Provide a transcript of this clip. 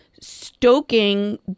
stoking